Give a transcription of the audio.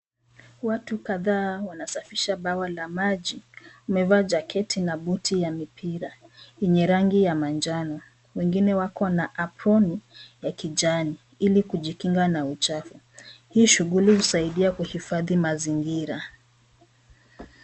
Watu kadhaa wanasafisha bwawa la maji wamevaa jaketi na buti la mipira yenye rangi ya manjano wengine wako na aproni ya kijani ili kujikinga na uchafu, hii shughuli husaidia kuhifadhi mazingira .